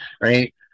Right